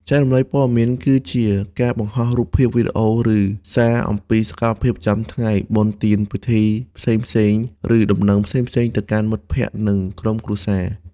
ចែករំលែកព័ត៌មាន គឺជាការបង្ហោះរូបភាព វីដេអូ ឬសារអំពីសកម្មភាពប្រចាំថ្ងៃ បុណ្យទាន ពិធីផ្សេងៗ ឬដំណឹងផ្សេងៗទៅកាន់មិត្តភក្តិ និងក្រុមគ្រួសារ។